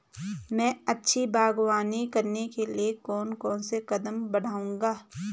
मैं अच्छी बागवानी करने के लिए कौन कौन से कदम बढ़ाऊंगा?